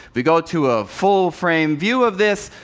we go to a full-frame view of this.